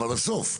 אבל בסוף.